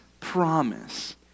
promise